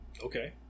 Okay